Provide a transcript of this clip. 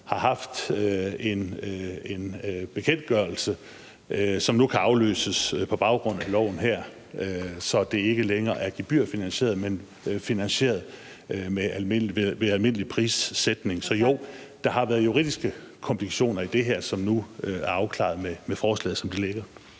har haft en bekendtgørelse, som nu kan afløses på baggrund af loven her, så det ikke længere er gebyrfinansieret, men finansieret ved almindelig prissætning. Så jo, der har været juridiske komplikationer i det her, som nu er afklaret med forslaget, som det ligger.